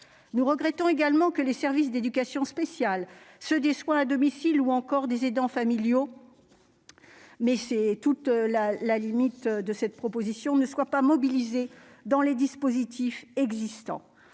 Nous regrettons également que les services d'éducation spéciale et de soins à domicile ou encore les aidants familiaux- c'est là la limite de cette proposition de loi -ne soient pas mobilisés dans les dispositifs existants.